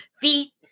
feet